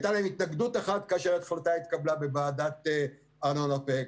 ישבה ועדת אפק,